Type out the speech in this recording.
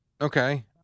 Okay